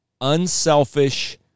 unselfish